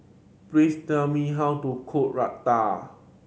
please tell me how to cook Raita